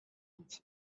month